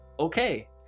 okay